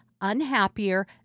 unhappier